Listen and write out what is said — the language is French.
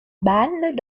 balle